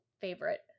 favorite